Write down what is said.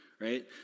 right